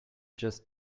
just